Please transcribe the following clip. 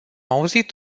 auzit